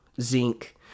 zinc